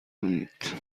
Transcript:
کنید